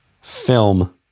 film